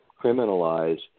criminalize